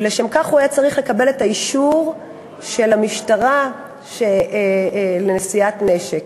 ולשם כך הוא היה צריך לקבל את האישור של המשטרה לנשיאת נשק.